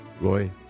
Roy